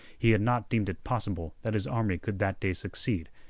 he had not deemed it possible that his army could that day succeed,